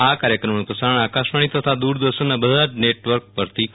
આ કાર્યક્રમનું પ્રસારણ આકાશવાણી તથા દૂરદર્શનના બધા જ નેટવર્ક પરથી કરશે